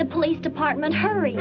the police department hurry